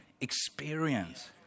experience